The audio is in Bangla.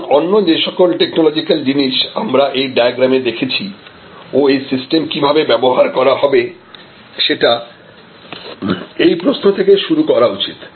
সুতরাং অন্য যেসকল টেকনোলজিক্যাল জিনিস আমরা এই ডায়াগ্রামে দেখেছি ও এই সিস্টেম কিভাবে ব্যবহার করা হবে সেটা এই প্রশ্ন থেকে শুরু করা উচিত